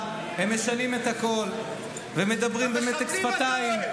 הם משנים את הקול ומדברים במתק שפתיים,